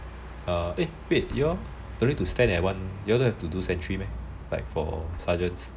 err wait you all don't need to stand at one you all don't need to stand sentry meh for sergeants